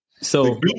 So-